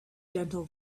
gentle